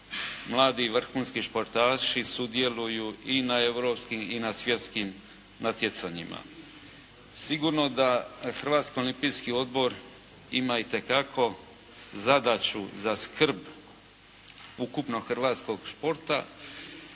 mladi vrhunski športaši sudjeluju i na europskim i na svjetskim natjecanjima. Sigurno da Hrvatski olimpijski odbor ima itekako zadaću za skrb ukupnog hrvatskog športa,